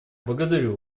благодарю